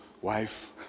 wife